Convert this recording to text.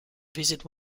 visit